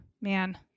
man